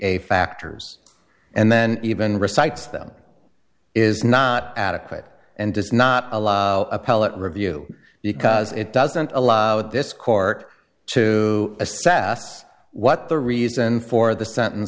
a factors and then even recite them is not adequate and does not allow appellate review because it doesn't allow this court to a sas what the reason for the sentence